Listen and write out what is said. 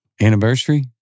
Anniversary